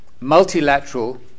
multilateral